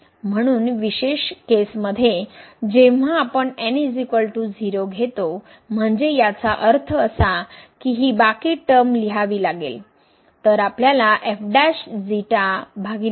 म्हणून विशेष केसमध्ये जेव्हा आपण n 0 घेतो म्हणजे याचा अर्थ असा की हे बाकी टर्म लिहावे लागेल